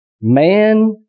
Man